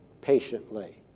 patiently